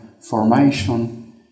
formation